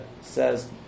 says